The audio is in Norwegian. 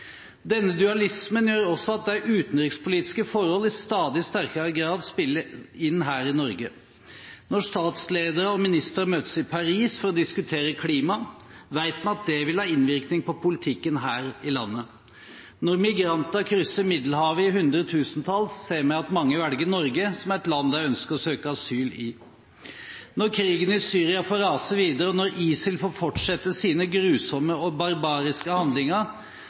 Denne dualismen gjør også at de utenrikspolitiske forhold i stadig sterkere grad spiller inn her i Norge. Når statsledere og ministre møtes i Paris for å diskutere klima, vet vi at det vil ha innvirkning på politikken her i landet. Når migranter krysser Middelhavet i hundretusentall, ser vi at mange velger Norge som et land de ønsker å søke asyl i. Når krigen i Syria får rase videre, og når ISIL får fortsette sine grusomme og barbariske handlinger,